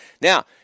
Now